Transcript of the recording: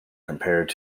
compared